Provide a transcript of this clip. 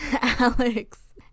Alex